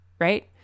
Right